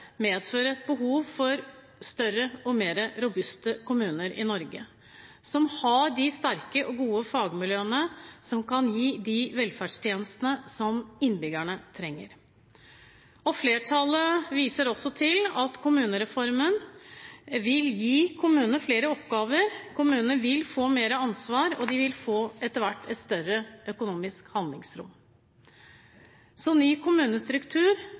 medfører et behov for større og mer robuste kommuner i Norge – som har de sterke og gode fagmiljøene som kan gi de velferdstjenestene som innbyggerne trenger. Flertallet viser også til at kommunereformen vil gi kommunene flere oppgaver. Kommunene vil få mer ansvar, og de vil etter hvert få et større økonomisk handlingsrom. Så ny kommunestruktur